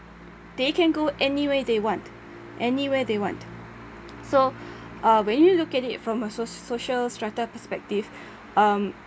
they can go anywhere they want anywhere they want so uh when you look at it from a soc~ social strata perspective um